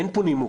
אין פה נימוק.